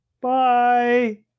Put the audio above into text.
bye